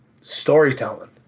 storytelling